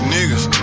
Niggas